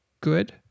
good